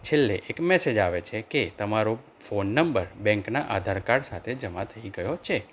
છેલ્લે એક મેસેજ આવે છે કે તમારો ફોન નંબર બેંકનાં આધાર કાર્ડ સાથે જમા થઈ ગયો છે